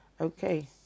Okay